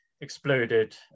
exploded